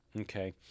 okay